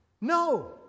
No